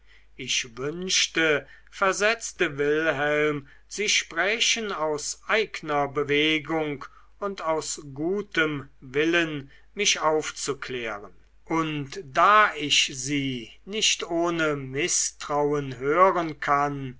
ich wünschte versetzte wilhelm sie sprächen aus eigener bewegung und aus gutem willen mich aufzuklären und da ich sie nicht ohne mißtrauen hören kann